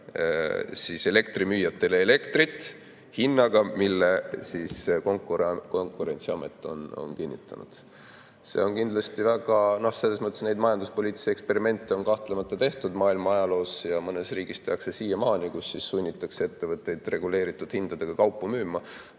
müüa elektrimüüjatele elektrit hinnaga, mille Konkurentsiamet on kinnitanud. See on kindlasti väga [huvitav] selles mõttes, et neid majanduspoliitilisi eksperimente on kahtlemata tehtud maailma ajaloos ja mõnes riigis tehakse siiamaani, kus sunnitakse ettevõtteid reguleeritud hindadega kaupu müüma.